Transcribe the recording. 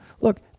look